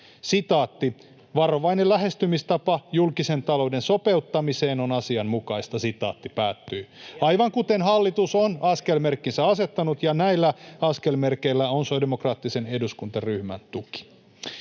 välttää: ”Varovainen lähestymistapa julkisen talouden sopeuttamiseen on asianmukaista.” — Aivan kuten hallitus on askelmerkkinsä asettanut, ja näillä askelmerkeillä on sosiaalidemokraattisen eduskuntaryhmän tuki.